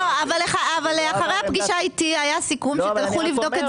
אחרי הפגישה איתי היה סיכום שתלכו לבדוק את